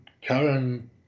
Karen